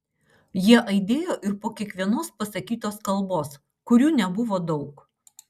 jie aidėjo ir po kiekvienos pasakytos kalbos kurių nebuvo daug